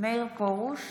מאיר פרוש,